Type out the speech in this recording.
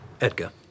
Edgar